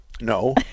No